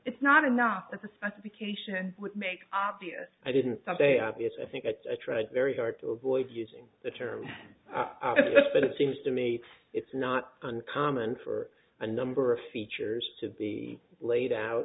it's not enough that the specification would make obvious i didn't someday obvious i think it's a tried very hard to avoid using the term but it seems to me it's not uncommon for a number of features to be laid out